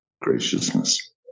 graciousness